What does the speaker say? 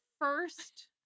first